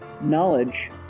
Knowledge